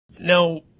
Now